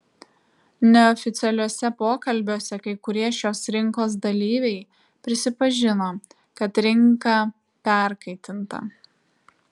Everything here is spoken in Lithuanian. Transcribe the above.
neoficialiuose pokalbiuose kai kurie šios rinkos dalyviai prisipažino kad rinka perkaitinta